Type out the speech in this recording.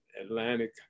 Atlantic